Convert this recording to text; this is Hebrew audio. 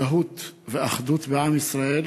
הזדהות ואחדות בעם ישראל